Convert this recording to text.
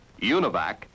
UNIVAC